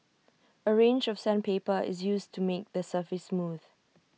A range of sandpaper is used to make the surface smooth